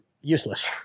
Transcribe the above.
useless